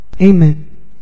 Amen